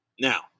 Now